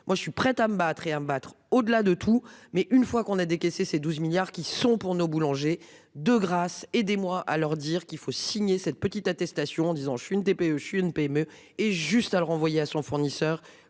Moi je suis prêt à me battre et à me battre au-delà de tout. Mais une fois qu'on a décaissé c'est 12 milliards qui sont pour nos boulangers de grâce et des mois à leur dire qu'il faut signer cette petite attestation disant je suis une TPE j'une PME et juste à le renvoyer à son fournisseur